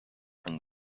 from